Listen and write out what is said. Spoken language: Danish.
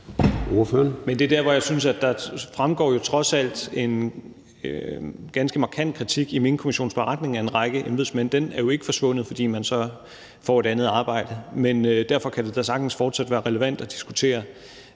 Det er der, hvor jeg synes, at der jo trods alt fremgår en ganske markant kritik af en række embedsmænd i Minkkommissionens beretning. Den er jo ikke forsvundet, fordi man så får et andet arbejde, men derfor kan det da sagtens fortsat være relevant at diskutere,